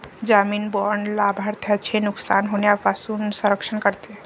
जामीन बाँड लाभार्थ्याचे नुकसान होण्यापासून संरक्षण करते